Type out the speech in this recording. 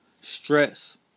stress